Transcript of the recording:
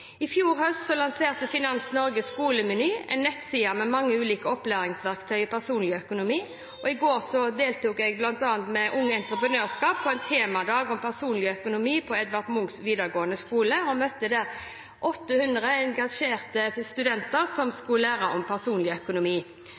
I fjor høst lanserte Finans Norge «Skolemeny», en nettside med mange ulike opplæringsverktøy i personlig økonomi. I går deltok jeg sammen med bl.a. Ungt Entreprenørskap på en temadag om personlig økonomi på Edvard Munch videregående skole og møtte der 800 engasjerte elever som skulle lære om personlig økonomi.